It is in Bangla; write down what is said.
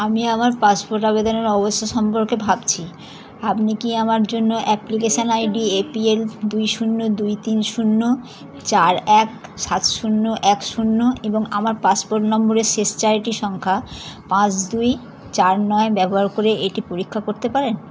আমি আমার পাসপোর্ট আবেদনের অবস্থা সম্পর্কে ভাবছি আপনি কি আমার জন্য অ্যাপ্লিকেশন আইডি এপিএল দুই শূন্য দুই তিন শূন্য চার এক সাত শূন্য এক শূন্য এবং আমার পাসপোর্ট নম্বরের শেষ চারটি সংখ্যা পাঁচ দুই চার নয় ব্যবহার করে এটি পরীক্ষা করতে পারেন